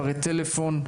מספרי טלפון,